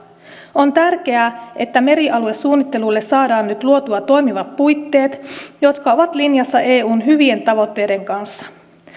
on tärkeää että merialuesuunnittelulle saadaan nyt luotua toimivat puitteet jotka ovat linjassa eun hyvien tavoitteiden kanssa